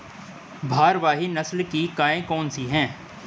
भारवाही नस्ल की गायें कौन सी हैं?